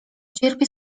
cierpię